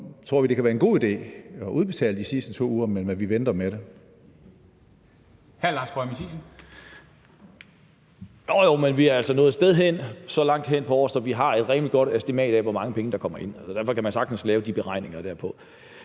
tror vi, det kan være en god idé at udbetale de sidste 2 uger, men vi venter med det.